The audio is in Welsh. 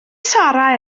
sarra